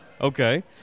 Okay